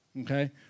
okay